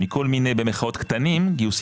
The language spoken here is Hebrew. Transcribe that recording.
באים לעודד גיוס הון מכל מיני "קטנים" "גיוסים